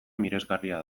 miresgarria